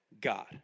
God